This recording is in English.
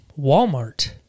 Walmart